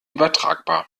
übertragbar